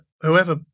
whoever